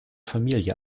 familie